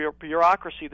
bureaucracy